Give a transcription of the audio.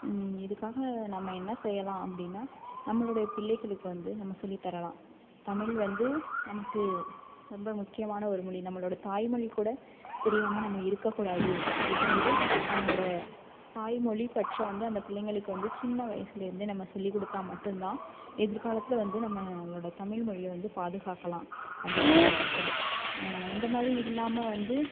இதுக்காக நம்ம என்ன செய்யலாம் அப்படின்னா நம்மளுடைய பிள்ளைகளுக்கு வந்து நம்ம சொல்லித் தரலாம் தமிழ் வந்து நமக்கு ரொம்ப முக்கியமான ஒரு மொழி நம்மளோட தாய்மொழி கூட தெரியாமல் நம்ம இருக்கக்கூடாது அப்படின்னு வந்து நம்மளோட தாய்மொழி பற்றை வந்து அந்த பிள்ளைங்களுக்கு வந்து சின்ன வயசுலேருந்தே நம்ம சொல்லிக் கொடுத்தா மட்டுந்தான் எதிர்காலத்தில் வந்து நம்மளோட தமிழ்மொழிய வந்து பாதுகாக்கலாம் அப்படின்னு நான் நினைக்குறேன் இந்தமாதிரி இல்லாமல் வந்து